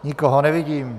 Nikoho nevidím.